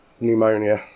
pneumonia